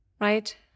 right